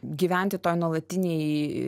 gyventi toj nuolatinėj